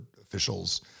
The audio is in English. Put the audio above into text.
officials